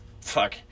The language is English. Fuck